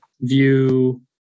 view